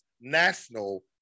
national